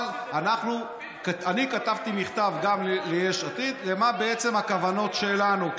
אבל אני כתבתי מכתב גם ליש עתיד על הכוונות שלנו,